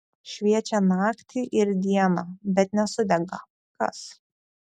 šviečią naktį ir dieną bet nesudega kas